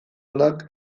onak